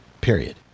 period